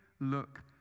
look